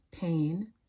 pain